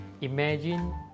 Imagine